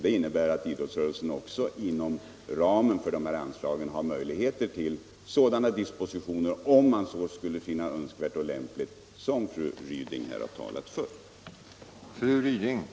Det innebär att idrottsrörelsen inom ramen för våra anslag har möjligheter att, om man så skulle finna önskvärt och lämpligt, göra sådana dispositioner som fru Ryding här har talat om.